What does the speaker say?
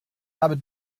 habe